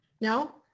No